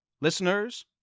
listeners